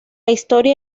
historia